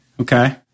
Okay